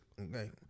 Okay